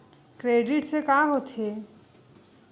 Credit से का होथे?